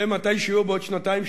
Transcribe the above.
מתישהו בעוד שנתיים,